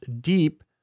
deep